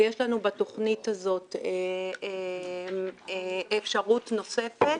ויש לנו בתכנית הזאת אפשרות נוספת